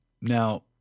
Now